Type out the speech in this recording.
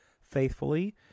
faithfully